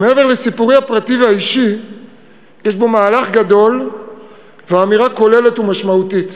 שמעבר לסיפורי הפרטי והאישי יש בו מהלך גדול ואמירה כוללת ומשמעותית,